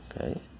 Okay